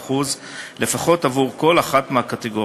15% לפחות עבור כל אחת מהקטגוריות.